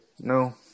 No